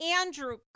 Andrew